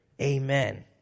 Amen